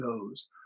goes